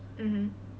mmhmm